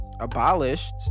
abolished